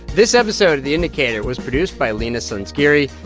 this episode of the indicator was produced by leena sanzgiri,